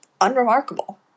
unremarkable